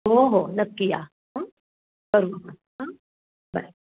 हो हो नक्की या हं हां बरं